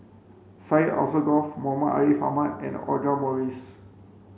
Syed Alsagoff Muhammad Ariff Ahmad and Audra Morrice